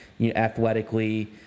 athletically